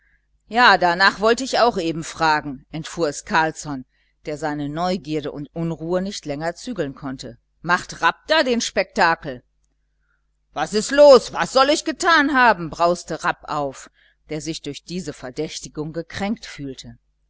ja danach wollte ich auch eben fragen entfuhr es carlsson der seine neugierde und unruhe nicht länger zügeln konnte macht rapp da den spektakel was ist los was soll ich getan haben brauste rapp auf der sich durch diese verdächtigung gekränkt fühlte